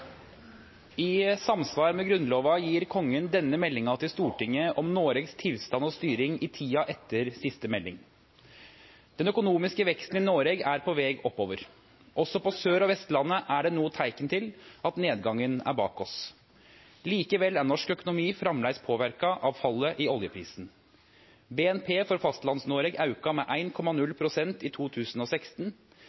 I samsvar med Grunnlova gjev Kongen denne meldinga til Stortinget om Noregs tilstand og styring i tida etter siste melding. Den økonomiske veksten i Noreg er på veg oppover. Også på Sør- og Vestlandet er det no teikn til at nedgangen er bak oss. Likevel er norsk økonomi framleis påverka av fallet i oljeprisen. BNP for Fastlands-Noreg auka med